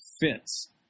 fits